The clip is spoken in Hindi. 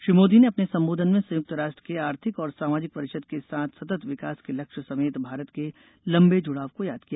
श्री मोदी ने अपने संबोधन में संयुक्त राष्ट्र के आर्थिक और सामाजिक परिषद के साथ सतत विकास के लक्ष्य समेत भारत के लंबे जुड़ाव को याद किया